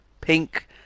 pink